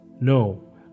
No